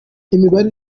imibare